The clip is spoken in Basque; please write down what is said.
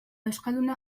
euskalduna